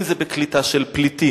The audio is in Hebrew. אם זה בקליטה של פליטים,